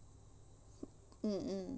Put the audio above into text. mm mm